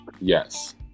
Yes